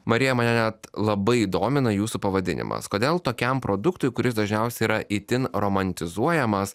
marija mane net labai domina jūsų pavadinimas kodėl tokiam produktui kuris dažniausiai yra itin romantizuojamas